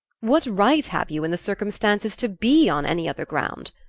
what right have you, in the circumstances, to be on any other ground?